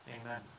Amen